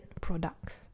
products